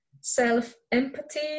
self-empathy